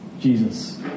Jesus